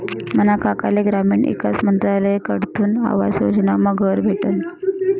मना काकाले ग्रामीण ईकास मंत्रालयकडथून आवास योजनामा घर भेटनं